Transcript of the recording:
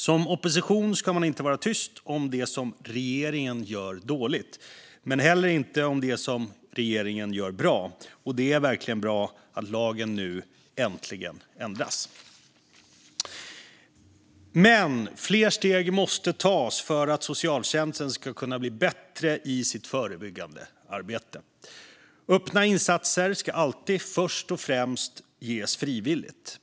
Som opposition ska man inte vara tyst om det regeringen gör dåligt men inte heller om det regeringen gör bra, och det är verkligen bra att lagen nu äntligen ändras. Fler steg måste dock tas för att socialtjänsten ska kunna bli bättre i sitt förebyggande arbete. Öppna insatser ska alltid först och främst ges frivilligt.